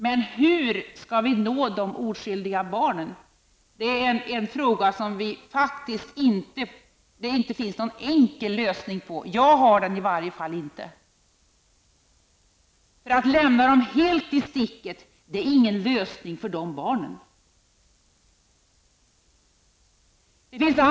Men hur skall vi nå de oskyldiga barnen? Det är en fråga som det inte finns något enkelt svar på; jag har det i varje fall inte. Att lämna dem helt i sticket -- det är ingen lösning för de barnen.